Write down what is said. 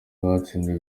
batsindiye